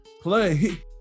play